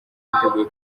yiteguye